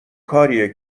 کاریه